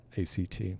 ACT